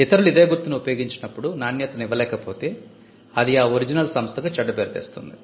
ఇతరులు ఇదే గుర్తును ఉపయోగించినప్పుడు నాణ్యతను ఇవ్వలేకపోతే అది ఆ original సంస్థకు చెడ్డ పేరు తెస్తుంది